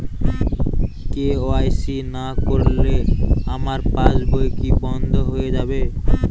KYC না করলে আমার পাশ বই কি বন্ধ হয়ে যাবে?